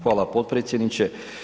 Hvala potpredsjedniče.